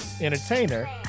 entertainer